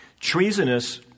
Treasonous